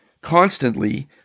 constantly